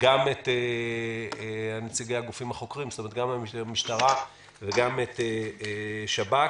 נציגי הגופים החוקרים, המשטרה והשב"כ.